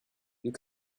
you